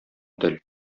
тел